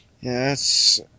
Yes